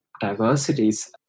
diversities